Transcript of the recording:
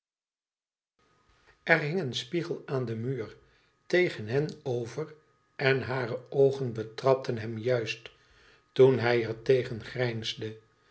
hing een spiegel aan den muur tegen hen over en hare oogen betrapten hem juist toen hij er tegen grijnsde